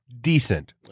decent